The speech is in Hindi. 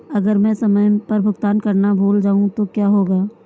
अगर मैं समय पर भुगतान करना भूल जाऊं तो क्या होगा?